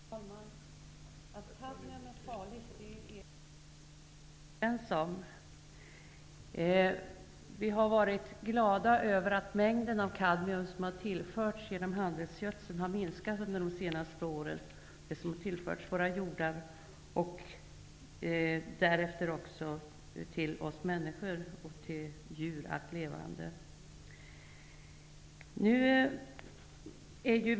Fru talman! Att kadmium är farligt är vi överens om. Vi har varit glada över att mängden kadmium som tillförts våra jordar genom spridning av handelsgödsel, och som därefter har nått djuren och oss människor, har minskat under de senaste åren.